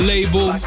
Label